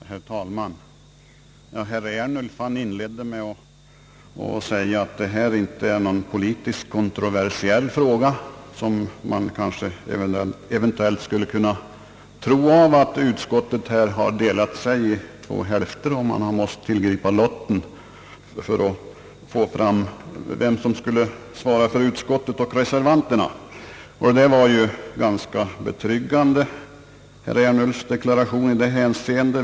Herr talman! Herr Ernulf inledde med att säga att detta inte är någon politiskt kontroversiell fråga, vilket man eventuellt skulle kunna tro genom att utskottet här delat sig i två hälfter så att man måst tillgripa lotten för att få fram vem som skulle svara för utskottet respektive för reservanterna. Herr Ernulfs deklaration i detta hänseende var ganska betryggande.